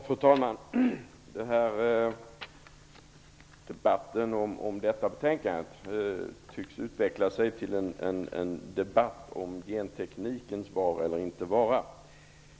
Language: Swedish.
Fru talman! Debatten om detta betänkande tycks utveckla sig till en debatt om genteknikens vara eller inte vara.